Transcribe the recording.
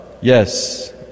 Yes